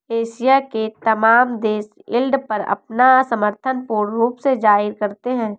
Asia के तमाम देश यील्ड पर अपना समर्थन पूर्ण रूप से जाहिर करते हैं